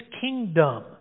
kingdom